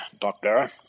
doctor